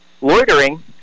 loitering